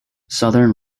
southern